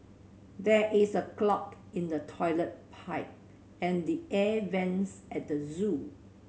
there is a clog in the toilet pipe and the air vents at the zoo